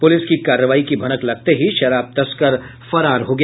police की कार्रवाई की भनक लगते ही शराब तस्कर फरार हो गया